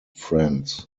friends